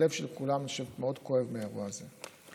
הלב של כולם מאוד כואב מהאירוע הזה.